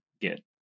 get